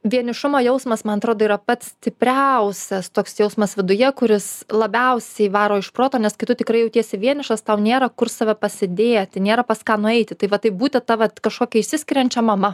vienišumo jausmas man atrodo yra pats stipriausias toks jausmas viduje kuris labiausiai varo iš proto nes kai tu tikrai jautiesi vienišas tau nėra kur save pasidėti nėra pas ką nueiti tai va tai būti ta vat kažkokia išsiskiriančia mama